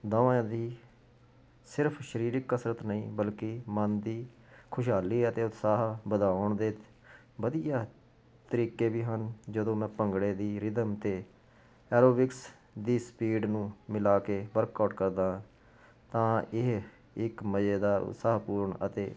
ਦੋਵਾਂ ਦੀ ਸਿਰਫ਼ ਸਰੀਰਿਕ ਕਸਰਤ ਨਹੀਂ ਬਲਕਿ ਮਨ ਦੀ ਖੁਸ਼ਹਾਲੀ ਅਤੇ ਉਤਸ਼ਾਹ ਵਧਾਉਣ ਦੇ ਵਧੀਆ ਤਰੀਕੇ ਵੀ ਹਨ ਜਦੋਂ ਮੈਂ ਭੰਗੜੇ ਦੀ ਰਿਧਮ ਅਤੇ ਐਰੋਬਿਕਸ ਦੀ ਸਪੀਡ ਨੂੰ ਮਿਲਾ ਕੇ ਵਰਕਆਊਟ ਕਰਦਾ ਤਾਂ ਇਹ ਇੱਕ ਮਜ਼ੇਦਾਰ ਉਤਸਾਹ ਪੂਰਨ ਅਤੇ